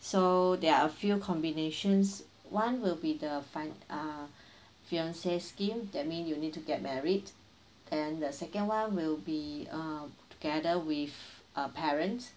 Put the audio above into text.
so there are a few combinations one will be the fin~ uh fiancé scheme that mean you need to get married then the second one will be uh together with a parent